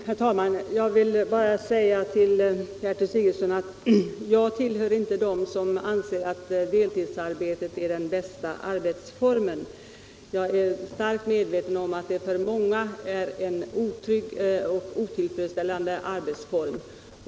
Herr talman! Jag vill bara säga till Gertrud Sigurdsen att jag inte tillhör dem som anser att deltidsarbete är den bästa arbetsformen. Jag är starkt 41 medveten om att det för många är en otrygg och otillfredsställande arbetsform.